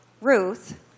Ruth